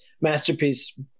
masterpiece